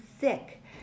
sick